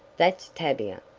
that's tavia!